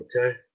okay